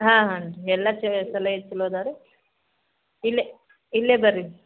ಹಾಂ ಹಾಂ ರೀ ಎಲ್ಲ ಚಲೋ ಇತ್ತು ಚಲೋ ದಾರು ಇಲ್ಲೆ ಇಲ್ಲೆ ಬರ್ರಿ